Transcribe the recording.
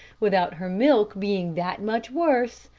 without her milk being that much worse,